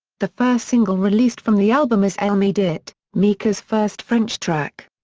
the first single released from the album is elle me dit, mika's first french track.